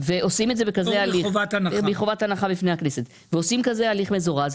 פטור מחובת הנחה בפני הכנסת ועושים הליך כזה מזורז,